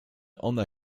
ona